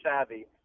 savvy